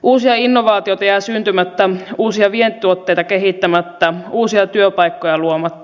uusia innovaatioita jää syntymättä uusia vientituotteita kehittämättä uusia työpaikkoja luomatta